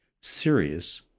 serious